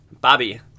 Bobby